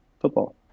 football